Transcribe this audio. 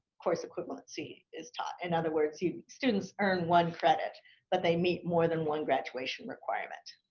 course equivalency is taught in other words you students earn one credit but they meet more than one graduation requirement